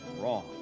wrong